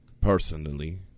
personally